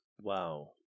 Wow